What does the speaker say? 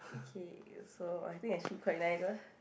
okay so I think actually quite nice ah